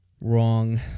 Wrong